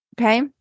okay